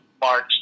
March